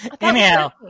Anyhow